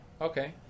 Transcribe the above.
okay